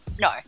No